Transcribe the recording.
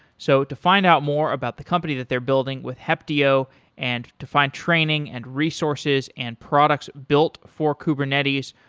so to find out more about the company that they're building with heptio and to find training and resources and products built for kubernetes,